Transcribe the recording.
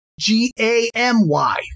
G-A-M-Y